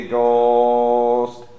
Ghost